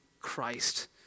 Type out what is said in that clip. Christ